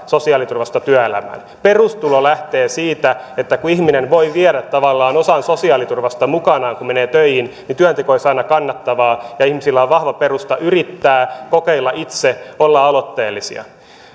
sosiaaliturvasta työelämään perustulo lähtee siitä että kun ihminen voi viedä tavallaan osan sosiaaliturvasta mukanaan kun menee töihin niin työnteko olisi aina kannattavaa ja ihmisillä on vahva perusta yrittää kokeilla itse olla aloitteellisia